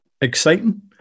exciting